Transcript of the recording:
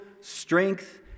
strength